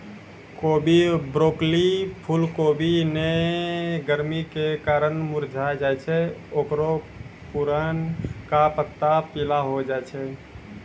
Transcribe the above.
कोबी, ब्रोकली, फुलकोबी जे गरमी के कारण मुरझाय जाय छै ओकरो पुरनका पत्ता पीला होय जाय छै